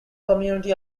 community